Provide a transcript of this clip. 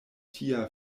tia